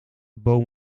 boom